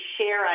share